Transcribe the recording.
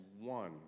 one